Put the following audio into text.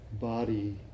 body